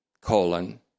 colon